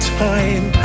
time